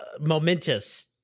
momentous